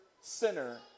sinner